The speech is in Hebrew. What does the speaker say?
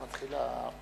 את מתחילה,